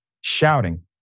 shouting